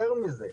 יותר מזה,